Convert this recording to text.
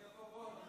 אני עוד אבוא.